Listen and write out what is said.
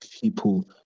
people